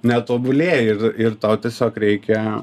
netobulėji ir ir tau tiesiog reikia